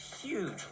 huge